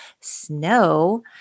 snow